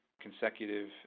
consecutive